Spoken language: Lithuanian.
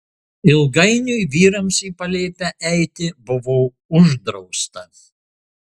ilgainiui vyrams į palėpę eiti buvo uždrausta